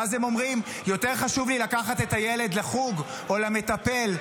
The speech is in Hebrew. ואז הם אומרים: יותר חשוב לי לקחת את הילד לחוג או למטפל,